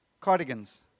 cardigans